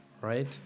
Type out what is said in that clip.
right